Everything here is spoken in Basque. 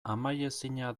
amaiezina